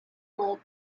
well